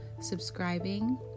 subscribing